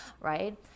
right